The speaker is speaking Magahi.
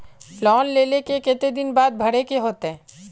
लोन लेल के केते दिन बाद भरे के होते?